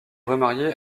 remariée